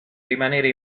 rimanere